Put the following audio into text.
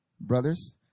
brothers